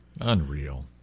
Unreal